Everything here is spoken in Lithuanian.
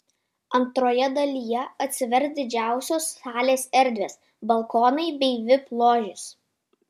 antroje dalyje atsivers didžiosios salės erdvė balkonai bei vip ložė